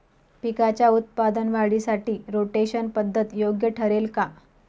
पिकाच्या उत्पादन वाढीसाठी रोटेशन पद्धत योग्य ठरेल का?